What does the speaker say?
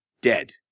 dead